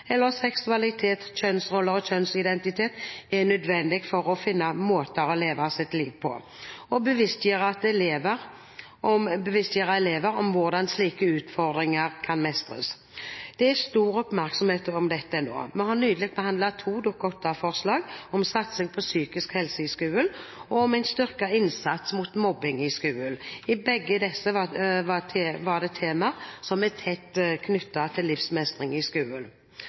eller seksualitet, kjønnsroller og kjønnsidentitet er nødvendig for å finne måter å leve sitt liv på og bevisstgjøre elever om hvordan slike utfordringer kan mestres. Det er stor oppmerksomhet om dette nå. Vi har nylig behandlet to Dokument 8-forslag, om satsing på psykisk helse i skolen og en styrket innsats mot mobbing i skolen. I begge disse var det temaer som er tett knyttet til livsmestring i